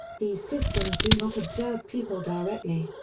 these systems do not observe people directly.